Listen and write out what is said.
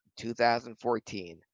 2014